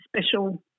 special